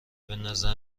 بنظر